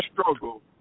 struggle